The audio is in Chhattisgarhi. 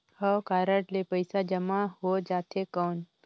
हव कारड ले पइसा जमा हो जाथे कौन?